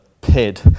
PID